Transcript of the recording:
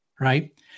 Right